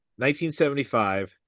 1975